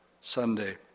Sunday